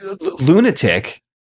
lunatic